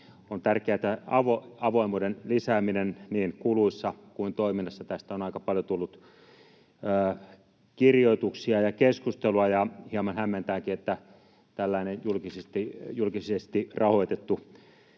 On tärkeätä myös avoimuuden lisääminen niin kuluissa kuin toiminnassa. Tästä on aika paljon tullut kirjoituksia ja keskustelua, ja hieman hämmentääkin, että tällainen julkisesti rahoitettu